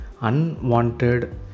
unwanted